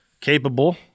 capable